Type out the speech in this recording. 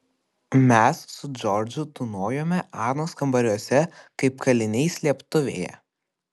mes su džordžu tūnojome anos kambariuose kaip kaliniai slėptuvėje